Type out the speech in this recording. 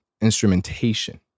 instrumentation